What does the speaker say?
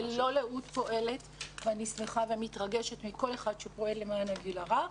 ללא לאות ואני שמחה ומתרגשת מכל אחד שפועל למען הגיל הרך.